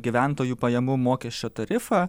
gyventojų pajamų mokesčio tarifą